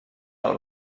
del